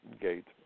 gate